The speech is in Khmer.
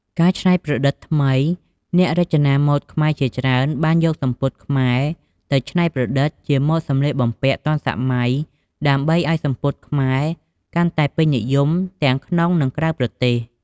ការច្នៃប្រឌិតថ្មី អ្នករចនាម៉ូដខ្មែរជាច្រើនបានយកសំពត់ខ្មែរទៅច្នៃប្រឌិតជាម៉ូដសម្លៀកបំពាក់ទាន់សម័យដើម្បីឲ្យសំពត់ខ្មែរកាន់តែពេញនិយមទាំងក្នុងនិងក្រៅប្រទេស។